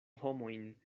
homojn